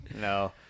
No